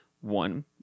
One